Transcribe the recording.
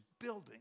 building